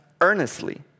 earnestly